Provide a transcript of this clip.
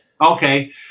okay